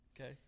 okay